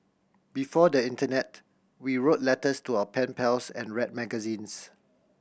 before the internet we wrote letters to our pen pals and read magazines